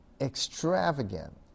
extravagant